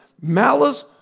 malice